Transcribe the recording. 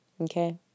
Okay